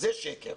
זה שקר,